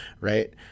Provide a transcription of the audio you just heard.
Right